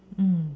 mm